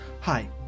Hi